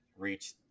reach